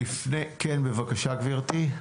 בבקשה, גברתי.